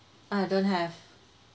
err don't have